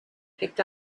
picked